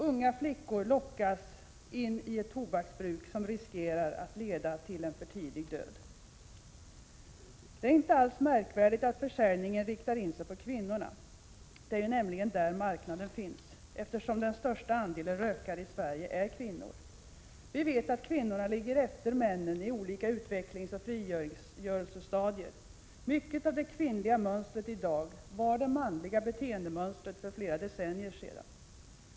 Unga flickor lockas in i tobaksbruk som riskerar att leda till en för tidig död. Det är inte alls märkvärdigt att försäljningen riktar in sig på kvinnorna — det är nämligen där marknaden finns. Den största andelen rökare i Sverige utgörs av kvinnor. Vi vet att kvinnorna ligger efter männen i olika utvecklingsoch frigörelsestadier. Mycket av det kvinnliga mönstret i dag var det manliga beteendemönstret för flera decennier sedan.